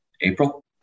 April